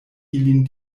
ilin